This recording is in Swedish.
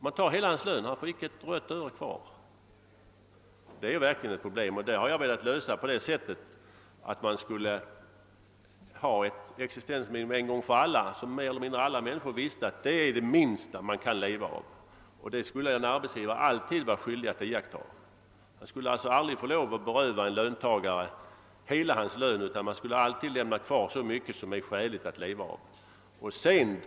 Man tar hela hans lön — han får inte ett öre kvar. Det är verkligen ett problem. Jag har velat lösa det så, att man skulle ha ett existensminimum en gång för alla, som alla skulle känna till och som är det minsta man kan leva av. Detta skulle en arbetsgivare vara skyldig att alltid iaktta. Man skulle alltså aldrig få beröva en löntagare hela hans lön, utan man skulle alltid lämna så mycket som det är skäligt att leva av.